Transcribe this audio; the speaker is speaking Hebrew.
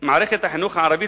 מערכת החינוך הערבית,